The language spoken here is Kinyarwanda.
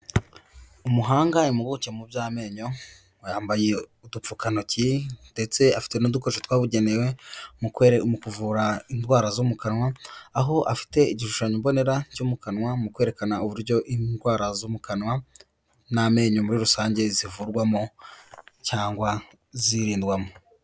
Umuhanga, impuguke mu by'amenyo yambaye udupfukantoki, ndetse afite n'udukoresho twabugenewe mu kuvura indwara zo mu kanwa; aho afite igishushanyo mbonera cyo mu kanwa, mu kwerekana uburyo indwara zo mu kanwa n'amenyo muri rusange, zivurwamo cyangwa zirindwamo.